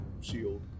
Shield